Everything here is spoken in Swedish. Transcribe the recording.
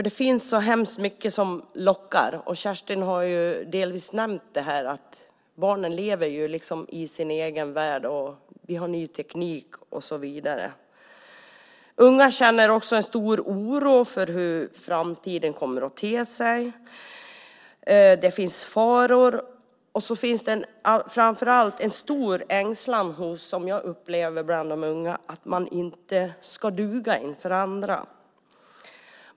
Det är mycket som lockar. Kerstin har ju nämnt att barnen lever i sin egen värld med ny teknik och så vidare. Unga känner också en stor oro för hur framtiden kommer att te sig. Det finns faror, och det finns framför allt en stor ängslan bland de unga att de inte ska duga inför andra.